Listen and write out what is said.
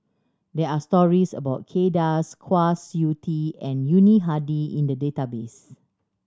there are stories about Kay Das Kwa Siew Tee and Yuni Hadi in the database